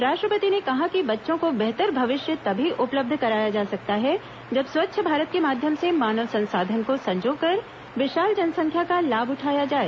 राष्ट्रपति ने कहा कि बच्चों को बेहतर भविष्य तभी उपलब्ध कराया जा सकता है जब स्वच्छ भारत के माध्यम से मानव संसाधन को संजोकर विशाल जनसंख्या का लाभ उठाया जाए